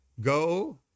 Go